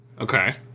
Okay